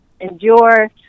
endure